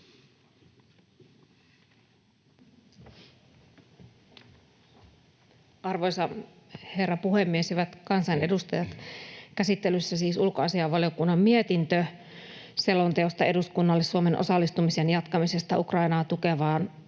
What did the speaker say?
Arvoisa herra puhemies! Hyvät kansanedustajat! Käsittelyssä on siis ulkoasiainvaliokunnan mietintö selonteosta eduskunnalle Suomen osallistumisen jatkamisesta Ukrainaa tukevaan